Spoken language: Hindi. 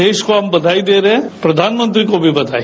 देश को हम बधाई दे रहे हैं प्रधानमंत्री को भी हम बधाई